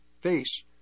face